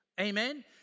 Amen